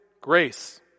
grace